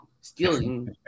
stealing